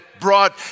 brought